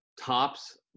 Tops